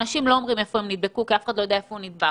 אנשים לא אומרים איפה הם נדבקו כי אף אחד לא יודע איפה הוא נדבק.